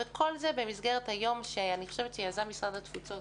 וכל זאת במסגרת היום שיזם משרד התפוצות,